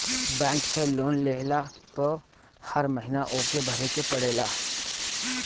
bank से लोन लेहला पअ हर महिना ओके भरे के पड़ेला